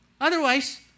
Otherwise